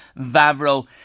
Vavro